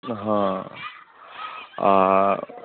हँ आ